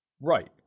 Right